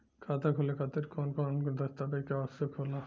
खाता खोले खातिर कौन कौन दस्तावेज के आवश्यक होला?